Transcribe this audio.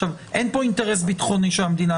עכשיו, אין פה אינטרס ביטחוני של המדינה,